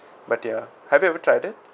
but ya have you ever tried it